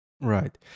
Right